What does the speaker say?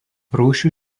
rūšių